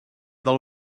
del